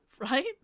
Right